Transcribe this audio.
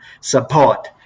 support